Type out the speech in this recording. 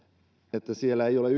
että kokoomuksessa ei ole